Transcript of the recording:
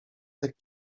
tych